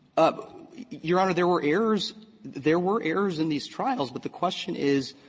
um your honor, there were errors there were errors in these trials, but the question is